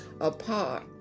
apart